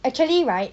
actually right